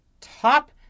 top